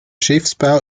schiffbau